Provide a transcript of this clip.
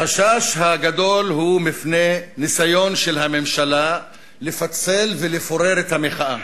החשש הגדול הוא מפני ניסיון של הממשלה לפצל ולפורר את המחאה,